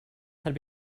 had